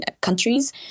countries